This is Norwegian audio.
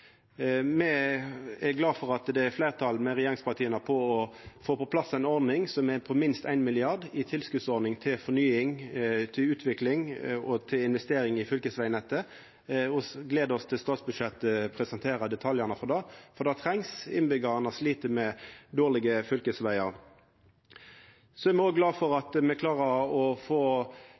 Me er glade for at det er fleirtal med regjeringspartia for å få på plass ei ordning som er på minst 1 mrd. kr i tilskot til fornying, til utvikling og til investering i fylkesvegnettet. Me gler oss til statsbudsjettet presenterer detaljane for det, for det trengst, innbyggjarane slit med dårlege fylkesvegar. Me er òg glade for at me klarer å få